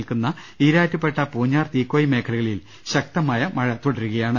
നിൽക്കുന്ന ഈരാറ്റുപേട്ട പൂഞ്ഞാർ തീക്കോയി മേഖലകളിൽ ശക്തമായി മഴ തുടരുകയാണ്